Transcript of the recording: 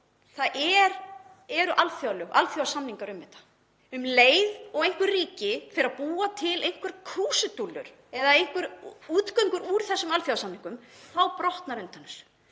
það eru alþjóðasamningar um þetta. Um leið og eitthvert ríki fer að búa til einhverjar krúsindúllur eða einhverja útgöngu úr þessum alþjóðasamningum, þá brotnar undan